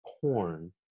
porn